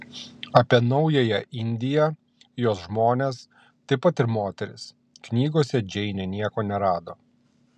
apie naująją indiją jos žmones taip pat ir moteris knygose džeinė nieko nerado